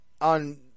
on